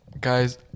guys